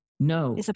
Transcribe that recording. No